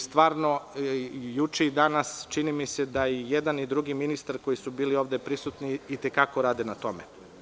Stvarno, juče i danas, čini mi se da i jedan i drugi ministar, koji su bili ovde prisutni i te kako rade na tome.